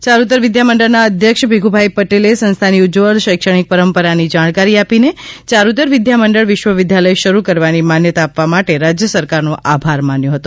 યારૃતર વિદ્યામંડળના અધ્યક્ષ ભીખુભાઈ પટેલે સંસ્થાની ઉજ્જવળ શૈક્ષણિક પરંપરાની જાણકારી આપીને ચારૂતર વિદ્યામંડળ વિશ્વવિદ્યાલય શરૂ કરવાની માન્યતા આપવા માટે રાજ્ય સરકારનો આભાર માન્યો હતો